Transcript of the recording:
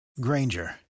Granger